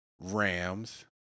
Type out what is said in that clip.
Rams